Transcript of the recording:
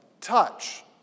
touch